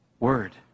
Word